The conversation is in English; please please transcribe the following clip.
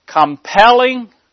compelling